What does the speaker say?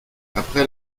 après